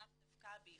לאו דווקא בייחוד